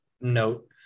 note